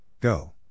Go